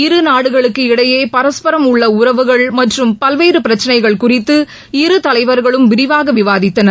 இருநாடுகளுக்கு இடையே பரஸ்பரம் உள்ள உறவுகள் மற்றும் பல்வேறு பிரச்சனைகள் குறித்து இரு தலைவர்களும் விரிவாக விவாதித்தனர்